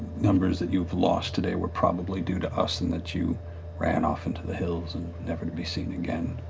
numbers that you've lost today were probably due to us and that you ran off into the hills and never to be seen again,